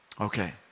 Okay